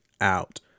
out